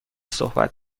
صحبت